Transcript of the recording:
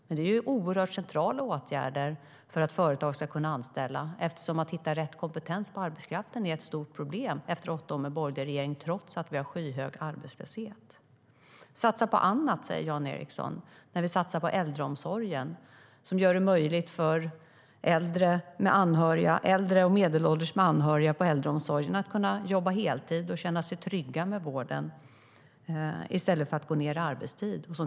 Men det är ju oerhört centrala åtgärder för att företag ska kunna anställa, eftersom det är ett stort problem att hitta rätt kompetens på arbetskraften efter åtta år med borgerlig regering, trots att vi har skyhög arbetslöshet. Satsa på annat, säger Jan Ericson när vi satsar på äldreomsorgen, som gör det möjligt för medelålders anhöriga till äldre i äldreomsorgen att jobba heltid och känna sig trygga med vården i stället för att gå ned i arbetstid.